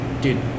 dude